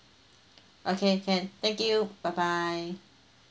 okay can thank you bye bye